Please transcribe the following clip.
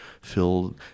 filled